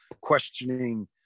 questioning